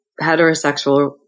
heterosexual